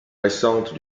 récentes